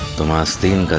the masked thief.